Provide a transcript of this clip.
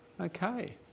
Okay